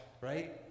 right